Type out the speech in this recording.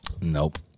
Nope